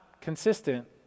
consistent